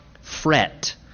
fret